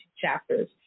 Chapters